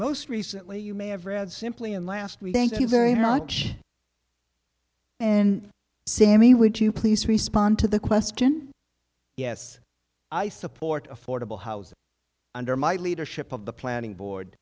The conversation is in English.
most recently you may have read simply in last week thank you very much in sammy would you please respond to the question yes i support affordable housing under my leadership of the planning board